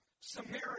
Samaria